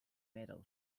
medal